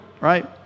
right